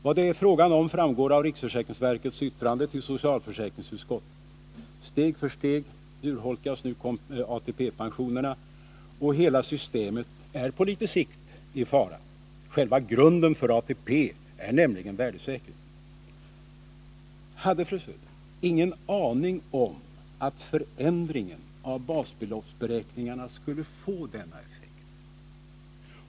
Vad det är fråga om framgår av riksförsäkringsverkets yttrande till socialförsäkringsutskottet. Steg för steg urholkas nu ATP-pensionerna. Och hela systemet är, på litet sikt, i fara. Själva grunden för ATP är nämligen värdesäkring. Hade fru Söder ingen aning om att förändringen av basbeloppsberäkningarna skulle få denna effekt?